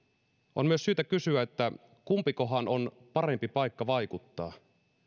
on myös syytä kysyä kumpikohan on parempi paikka vaikuttaa